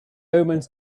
omens